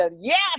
yes